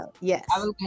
Yes